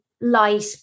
light